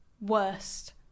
worst